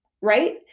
right